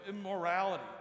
immorality